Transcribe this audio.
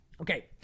Okay